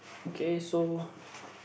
okay so